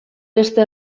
beste